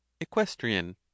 Equestrian